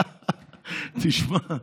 תשמע,